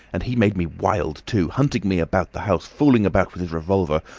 and he made me wild too hunting me about the house, fooling about with his revolver,